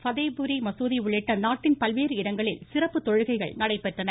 பதேபூரி மசூதி உள்ளிட்ட நாட்டின் பல்வேறு இடங்களில் சிறப்பு தொழுகைகள் நடைபெற்றன